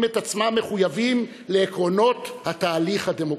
את עצמם מחויבים לעקרונות התהליך הדמוקרטי.